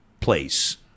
place